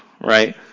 right